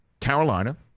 Carolina